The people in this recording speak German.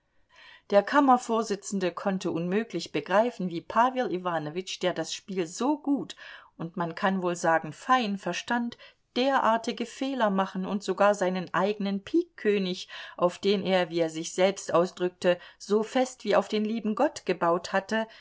der kammervorsitzende konnte unmöglich begreifen wie pawel iwanowitsch der das spiel so gut und man kann wohl sagen fein verstand derartige fehler machen und sogar seinen eigenen pikkönig auf den er wie er sich selbst ausdrückte so fest wie auf den lieben gott gebaut hatte